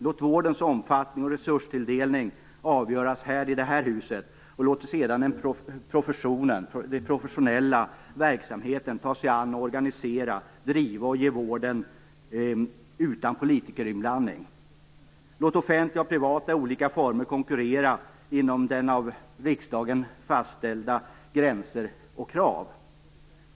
Låt vårdens omfattning och resurstilldelning avgöras här i detta hus och låt sedan den professionella verksamheten ta sig an och organisera, driva och ge vården utan politikerinblandning. Låt offentliga och privata i olika former konkurrera inom av riksdagen fastlagda gränser och krav.